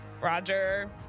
Roger